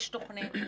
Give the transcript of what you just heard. יש תוכנית,